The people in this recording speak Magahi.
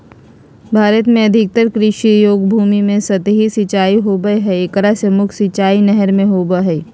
भारत में अधिकतर कृषि योग्य भूमि में सतही सिंचाई होवअ हई एकरा मे मुख्य सिंचाई नहर से होबो हई